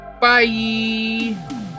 Bye